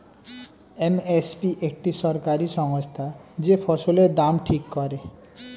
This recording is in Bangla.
এম এস পি একটি সরকারি সংস্থা যে ফসলের দাম ঠিক করে